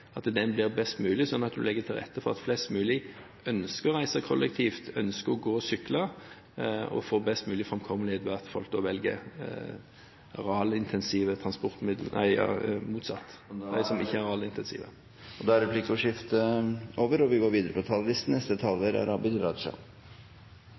blir best mulig, sånn at man legger til rette for at flest mulig ønsker å reise kollektivt, ønsker å gå og sykle, og få best mulig framkommelighet, ved at man velger arealintensive transportmidler – nei, motsatt. Replikkordskiftet er omme. Fordi jeg er representant for Akershus og for Venstre, er